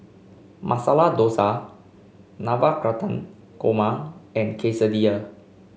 Masala Dosa Navratan Korma and Quesadilla